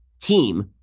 team